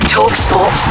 TalkSport